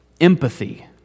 empathy